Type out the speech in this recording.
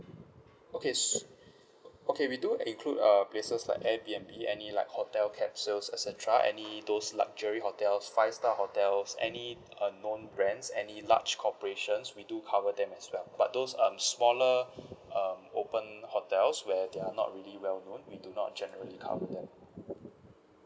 okay s~ okay we do include uh places like Airbnb any like hotel capsules etcetera any those luxury hotels five star hotels any uh known brands any large corporations we do cover them as well but those um smaller um open hotels where they are not well known we do not generally cover them